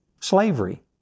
slavery